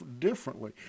differently